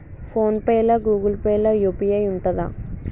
Phone pay లా Google Pay లా UPI ఉంటదా?